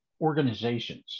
organizations